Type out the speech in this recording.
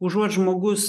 užuot žmogus